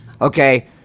Okay